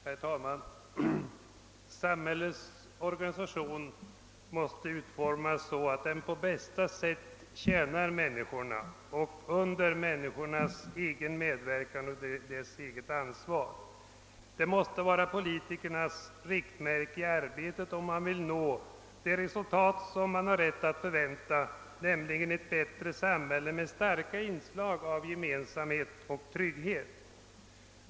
Herr talman! Samhällets organisation måste utformas så, att den på bästa sätt tjänar människorna under människornas egen medverkan och deras eget ansvar. Det måste vara politikernas riktmärke i arbetet om man vill nå det resultat som vi har rätt att förvänta, nämligen ett bättre samhälle med starka inslag av gemenskap och trygghet.